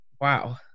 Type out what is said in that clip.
Wow